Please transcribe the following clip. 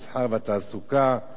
המסחר והתעסוקה,